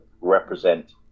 represent